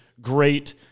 great